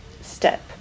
step